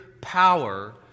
power